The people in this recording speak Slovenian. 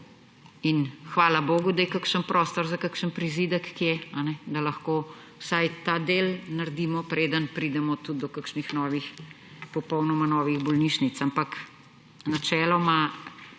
hvala bogu, da je kakšen prostor za kakšen prizidek kje, da lahko vsaj ta del naredimo, preden pridemo tudi do kakšnih popolnoma novih bolnišnic.